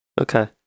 Okay